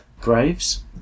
Graves